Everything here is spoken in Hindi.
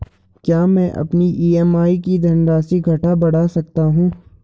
क्या मैं अपनी ई.एम.आई की धनराशि घटा बढ़ा सकता हूँ?